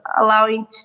allowing